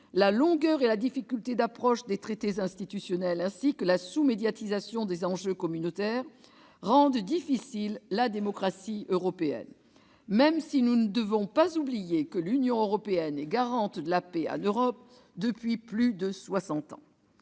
la longueur et la difficulté d'approche des traités institutionnels, ainsi que la sous-médiatisation des enjeux communautaires, rendent difficile la démocratie européenne, même si nous ne devons pas oublier que l'Union européenne est garante de la paix en Europe depuis plus soixante